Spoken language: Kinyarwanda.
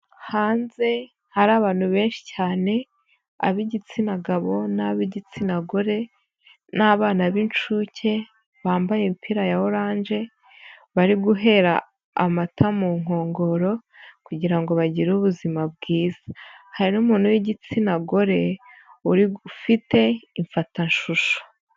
Hanze hari abantu benshi cyane ab'igitsina gabo n'ab'igitsina gore n'abana b'incuke bambaye imipira ya orange, bari guhera amata mu nkongoro kugira ngo bagire ubuzima bwiza. Hari n'umuntu w'igitsina gore ufite imfatashusho.